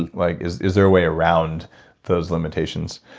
and like is is there a way around those limitations?